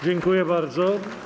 Dziękuję bardzo.